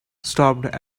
stopped